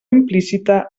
implícita